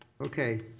Okay